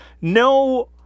no